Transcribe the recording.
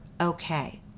okay